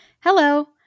Hello